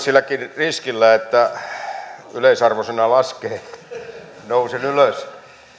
silläkin riskillä että yleisarvosana laskee nousen ylös